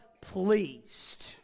pleased